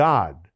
God